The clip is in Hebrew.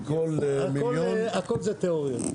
הכול זה תיאוריות.